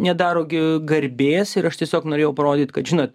nedaro gi garbės ir aš tiesiog norėjau parodyt kad žinot